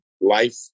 life